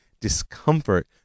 discomfort